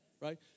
right